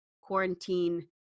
quarantine